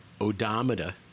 odometer